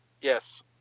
Yes